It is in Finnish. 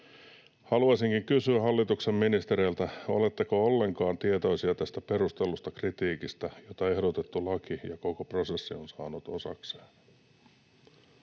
Haluaisinkin kysyä hallituksen ministereiltä: oletteko ollenkaan tietoisia tästä perustellusta kritiikistä, jota ehdotettu laki ja koko prosessi on saanut osakseen?